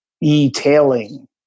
e-tailing